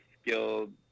skilled